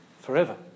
Forever